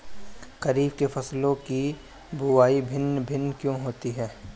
खरीफ के फसलों की बुवाई भिन्न भिन्न क्यों होती है?